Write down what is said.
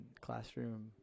classroom